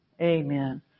Amen